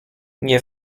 nie